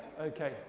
Okay